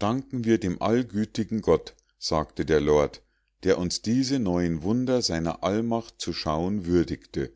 danken wir dem allgütigen gott sagte der lord der uns diese neuen wunder seiner allmacht zu schauen würdigte